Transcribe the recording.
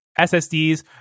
SSDs